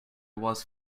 was